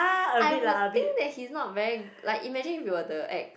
I would think that he's not very like imagine we were the ex